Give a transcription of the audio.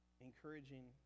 encouraging